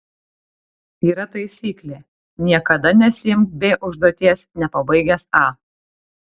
yra taisyklė niekada nesiimk b užduoties nepabaigęs a